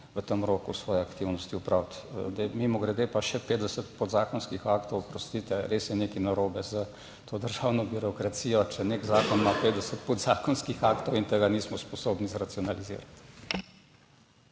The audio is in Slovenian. v tem roku opraviti svoje aktivnosti. Mimogrede, še 50 podzakonskih aktov, oprostite, res je nekaj narobe s to državno birokracijo, če ima nek zakon 50 podzakonskih aktov in tega nismo sposobni zracionalizirati.